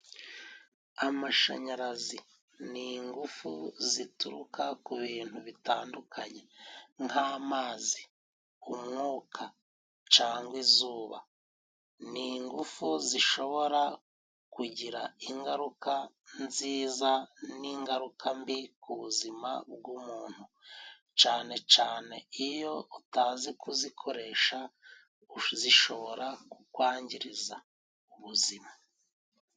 Amashanyarazi ni ingufu zituruka ku bintu bitandukanye nk'amazi umwuka cangwa izuba. Ni ingufu zishobora kugira ingaruka nziza n'ingaruka mbi ku buzima bw'umuntu cane cane iyo utazi kuzikoresha zishobora kukwangiriza ubuzima.